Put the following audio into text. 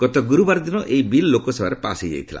ଗତ ଗୁରୁବାର ଦିନ ଏହି ବିଲ୍ ଲୋକସଭାରେ ପାସ୍ ହୋଇଯାଇଛି